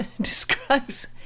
describes